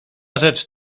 rzecz